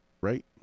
right